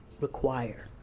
require